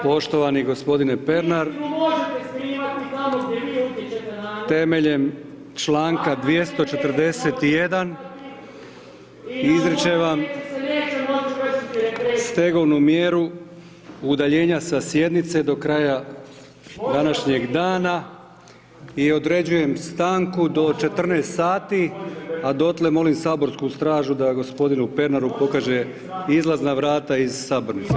Poštovani g. Pernar, temeljem članka 241. izričem vam stegovnu mjeru udaljenja sa sjednice do kraj današnjeg dana i određujem stanku do 14 sati a dotle molim saborsku stražu da g. Pernaru pokaže izlazna vrata iz sabornice.